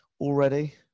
already